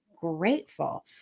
grateful